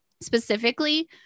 specifically